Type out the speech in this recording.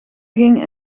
ging